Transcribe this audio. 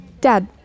Dad